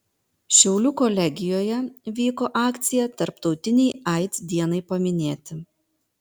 šiaulių kolegijoje vyko akcija tarptautinei aids dienai paminėti